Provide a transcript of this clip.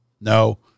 no